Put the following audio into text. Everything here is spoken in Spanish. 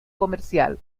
comercial